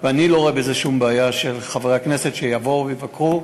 ואני לא רואה בזה שום בעיה שחברי הכנסת יבואו ויבקרו.